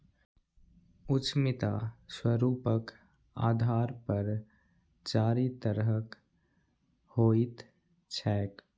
उद्यमिता स्वरूपक आधार पर चारि तरहक होइत छैक